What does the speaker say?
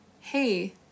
hey